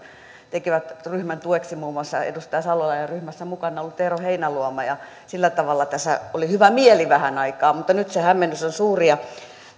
tekivät ryhmän tueksi muun muassa edustaja salolainen ja ryhmässä mukana ollut eero heinäluoma ja sillä tavalla tässä oli hyvä mieli vähän aikaa mutta nyt se hämmennys on suuri